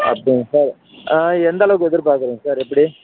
அப்படிங்களா சார் எந்தளவுக்கு எதிர்பார்க்குறீங்க சார் எப்படி